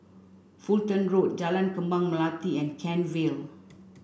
Fulton Road Jalan Kembang Melati and Kent Vale